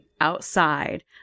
outside